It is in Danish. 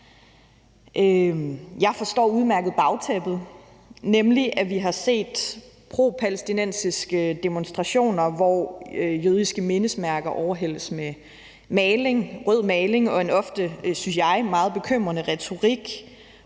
Jeg forstår udmærket bagtæppet, nemlig at vi har set pro palæstinensiske demonstrationer, hvor jødiske mindesmærker overhældes med rød maling og en ofte, synes jeg, meget bekymrende retorik